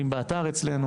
באתר.